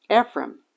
Ephraim